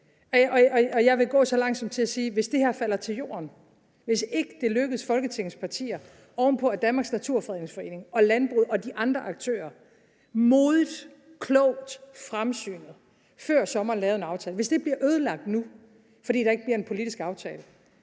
Og jeg vil gå så langt som til at sige: Hvis det her falder til jorden, hvis ikke det lykkes Folketingets partier, oven på at Danmarks Naturfredningsforening og landbruget og de andre aktører modigt, klogt og fremsynet før sommeren lavede en aftale, og hvis det bliver ødelagt nu, fordi der ikke bliver en politisk aftale,